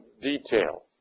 detail